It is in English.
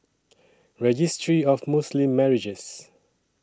Registry of Muslim Marriages